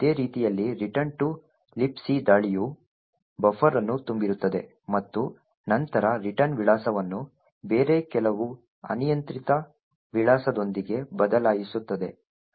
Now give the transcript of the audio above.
ಇದೇ ರೀತಿಯಲ್ಲಿ return to libc ದಾಳಿಯು ಬಫರ್ ಅನ್ನು ತುಂಬಿರುತ್ತದೆ ಮತ್ತು ನಂತರ ರಿಟರ್ನ್ ವಿಳಾಸವನ್ನು ಬೇರೆ ಕೆಲವು ಅನಿಯಂತ್ರಿತ ವಿಳಾಸದೊಂದಿಗೆ ಬದಲಾಯಿಸುತ್ತದೆ